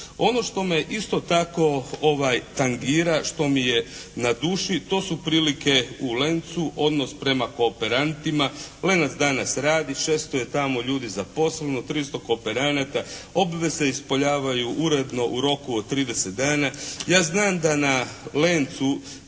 Ono što me isto tako tangira, što mi je na duši to su prilike u "Lencu" odnos prema kooperantima, "Lenac" danas radi, 600 je tamo ljudi zaposleno, 300 kooperanata. Obveze ispoljavaju uredno u roku od 30 dana. Ja znam da na "Lencu"